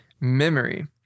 memory